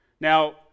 Now